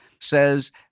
says